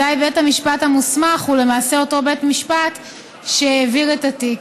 אזי בית המשפט המוסמך הוא למעשה אותו בית משפט שהעביר את התיק.